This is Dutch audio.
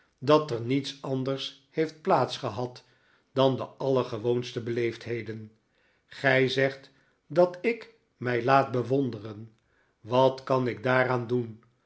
dat er niets anders heeft plaats gehad dan de allergewoonste beleefdheden gij zegt dat ik mij laat bewonderen wat kan ik daaraan doen